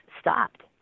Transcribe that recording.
stopped